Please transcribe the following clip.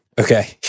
Okay